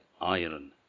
iron